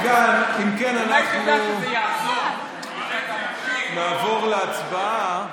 אם כן, אנחנו נעבור להצבעה.